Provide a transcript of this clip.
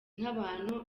nk’abantu